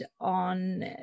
on